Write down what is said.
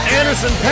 Anderson